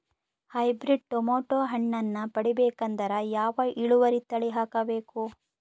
Hybrid tomato ಹಣ್ಣನ್ನ ಪಡಿಬೇಕಂದರ ಯಾವ ಇಳುವರಿ ತಳಿ ಹಾಕಬೇಕು?